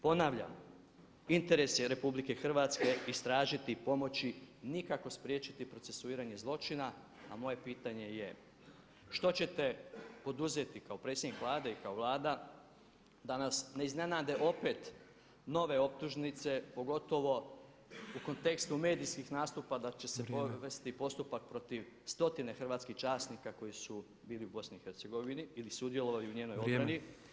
Ponavljam, interes je RH istražiti, pomoći, nikako spriječiti procesuiranje zločina a moje pitanje je što ćete poduzeti kao predsjednik Vlade i kao Vlada da nas ne iznenade opet nove optužnice, pogotovo u kontekstu medijskih nastupa da će se provesti postupak protiv stotina hrvatskih časnika koji su bili u BIH ili sudjelovali u njenoj obrani.